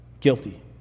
Guilty